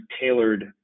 tailored